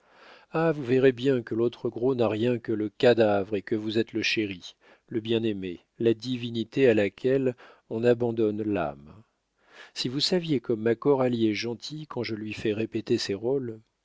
ah vous verrez bien que l'autre gros n'a rien que le cadavre et que vous êtes le chéri le bien-aimé la divinité à laquelle on abandonne l'âme si vous saviez comme ma coralie est gentille quand je lui fais répéter ses rôles